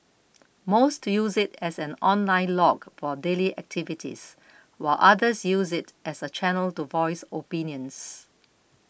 most use it as an online log for daily activities while others use it as a channel to voice opinions